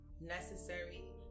necessary